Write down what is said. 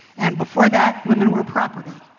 and before that, women were property.